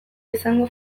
izango